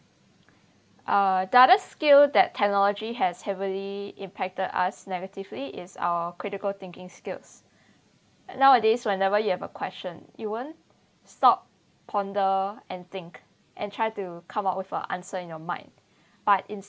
uh the other skill that technology has heavily impacted us negatively is our critical thinking skills nowadays whenever you have a question you won't stop ponder and think and try to come up with your answer in your mind but ins~